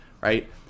right